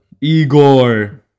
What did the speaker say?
Igor